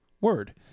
word